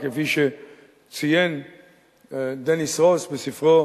כפי שציין דניס רוס בספרו